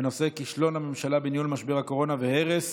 בנושא: כישלון הממשלה בניהול משבר הקורונה והרס